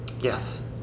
Yes